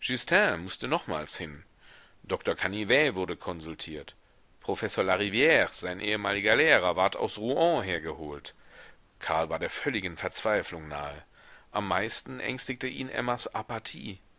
mußte nochmals hin doktor canivet wurde konsultiert professor larivire sein ehemaliger lehrer ward aus rouen hergeholt karl war der völligen verzweiflung nahe am meisten ängstigte ihn emmas apathie